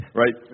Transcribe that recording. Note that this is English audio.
right